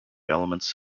elements